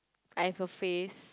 I have a face